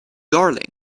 darling